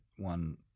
one